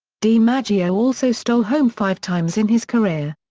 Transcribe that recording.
dimaggio also stole home five times in his career.